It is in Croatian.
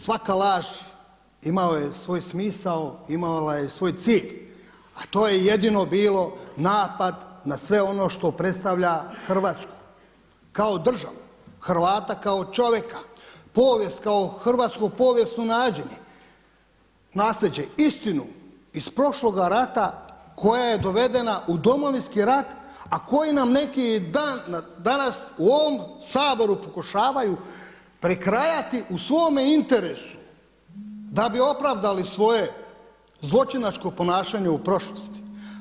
Svaka laž imala je svoj smisao, imala je svoj cilj, a to je jedino bilo napad na sve ono što predstavlja Hrvatsku kao državu Hrvata kao čovjeka, povijest kao hrvatsko povijesno naslijeđe, istinu iz prošloga rata koja je dovedena u Domovinski rat a koji nam neki dan danas u ovom Saboru pokušavaju prekrajati u svome interesu da bi opravdali svoje zločinačko ponašanje u prošlosti.